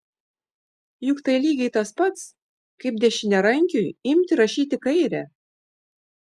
juk tai lygiai tas pats kaip dešiniarankiui imti rašyti kaire